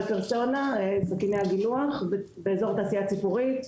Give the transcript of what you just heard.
סכיני הגילוח ב-2019 באזור התעשייה ציפורית.